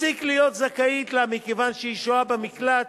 תפסיק להיות זכאית לה מכיוון שהיא שוהה במקלט,